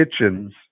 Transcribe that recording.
kitchens